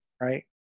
right